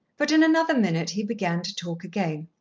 but in another minute he began to talk again.